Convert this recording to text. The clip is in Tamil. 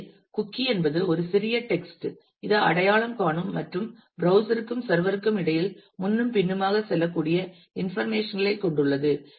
எனவே குக்கீ என்பது ஒரு சிறிய டெக்ஸ்ட் இது அடையாளம் காணும் மற்றும் ப்ரௌஸ்சர் க்கும் சர்வர் ற்கும் இடையில் முன்னும் பின்னுமாக செல்லக்கூடிய இன்ஃபர்மேஷன் களை கொண்டுள்ளது